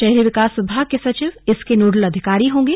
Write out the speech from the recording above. शहरी विकास विभाग के सचिव इसके नोडल अधिकारी होंगे